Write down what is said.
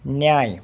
न्याय